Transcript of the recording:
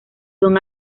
son